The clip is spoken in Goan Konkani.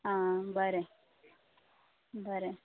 आं बरें बरें